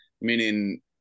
meaning